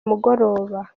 mugoroba